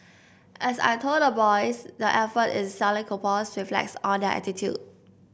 as I told the boys their effort in selling coupons reflects on their attitude